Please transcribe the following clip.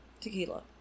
tequila